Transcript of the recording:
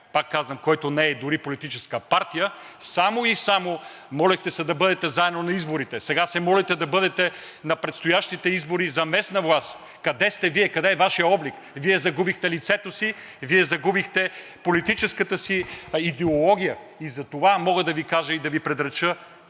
пак казвам, който дори не е политическа партия, само и само молехте се да бъдете заедно на изборите. Сега се молите да бъдете на предстоящите избори за местна власт. Къде сте Вие? Къде е Вашият облик? Вие загубихте лицето си, Вие загубихте политическата си идеология и затова мога да Ви кажа и да Ви предрека